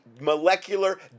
molecular